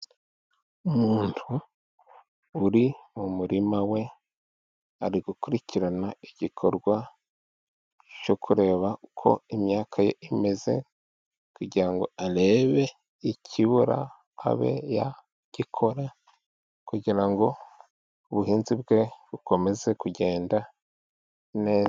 Umuntu uri mu murima we, ari gukurikirana igikorwa cyo kureba uko imyaka ye imeze, kugira ngo arebe ikibura abe yagikora, kugira ngo ubuhinzi bwe bukomeze kugenda ne...